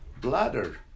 bladder